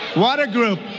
what a group.